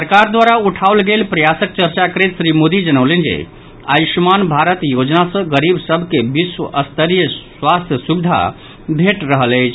सरकार द्वारा उठाओल गेल प्रयासक चर्चा करैत श्री मोदी जनौलनि जे आयुष्मान भारत योजना सॅ गरीब सभ के विश्व स्तरीय स्वास्थ्य सुविधा भेट रहल अछि